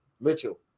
Mitchell